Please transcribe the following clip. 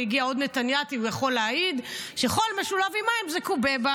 הינה הגיע עוד נתנייתי ויכול להעיד שחול משולב עם מים זה קובבה.